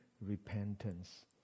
repentance